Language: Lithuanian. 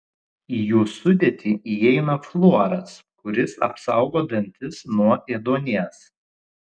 į jų sudėtį įeina fluoras kuris apsaugo dantis nuo ėduonies